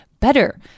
better